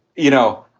you know,